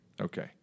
Okay